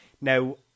Now